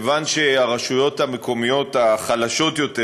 כיוון שהרשויות המקומיות החלשות יותר